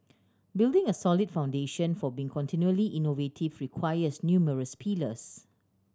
building a solid foundation for being continually innovative requires numerous pillars